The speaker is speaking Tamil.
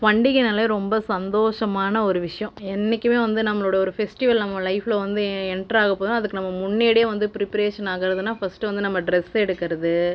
பண்டிகைனாலே ரொம்ப சந்தோஷமான ஒரு விஷயோம் என்றைக்குமே வந்து நம்பளோட ஒரு ஃபெஸ்ட்டிவல் நம்ப லைஃப்பில் வந்து என்ட்றாகபோதுன்னா அதுக்கு நம்ம முன்னேடியே வந்து ப்ரிப்ரேஷன் ஆகறதுனா ஃபர்ஸ்ட்டு வந்து ட்ரெஸ் எடுக்கிறது